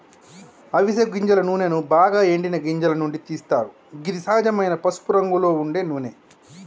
అవిస గింజల నూనెను బాగ ఎండిన గింజల నుండి తీస్తరు గిది సహజమైన పసుపురంగులో ఉండే నూనె